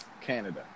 Canada